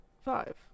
Five